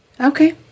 Okay